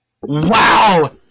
Wow